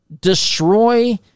destroy